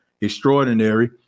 extraordinary